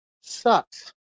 sucks